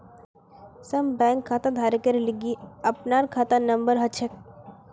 सब बैंक खाताधारकेर लिगी अपनार खाता नंबर हछेक